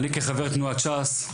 אני כחבר תנועת ש"ס,